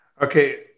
Okay